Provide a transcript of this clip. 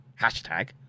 hashtag